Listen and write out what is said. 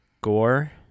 gore